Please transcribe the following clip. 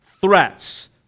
threats